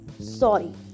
sorry